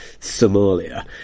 somalia